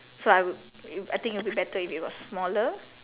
so I would I think it will be better is it was smaller